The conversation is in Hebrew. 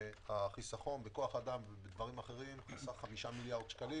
החיסכון בכוח אדם ובדברים אחרים בסך 5 מיליארד שקלים